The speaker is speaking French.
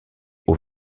aux